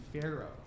pharaoh